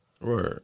Right